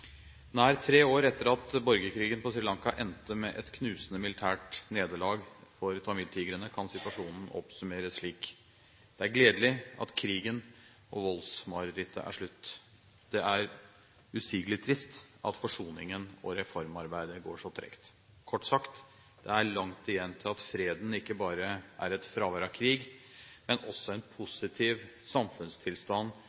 Nær tre år etter at borgerkrigen på Sri Lanka endte med et knusende militært nederlag for tamiltigrene, kan situasjonen oppsummeres slik: Det er gledelig at krigen og voldsmarerittet er slutt. Det er usigelig trist at forsoningen og reformarbeidet går så tregt. Kort sagt: Det er langt igjen til at freden ikke bare er fravær av krig, men også en